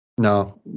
No